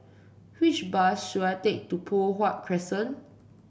which bus should I take to Poh Huat Crescent